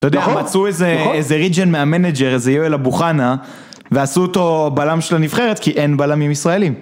אתה יודע, הם מצאו איזה ריג'ן מהמנאג'ר, איזה יואל אבוחנה, ועשו אותו בלם של הנבחרת, כי אין בלמים ישראלים.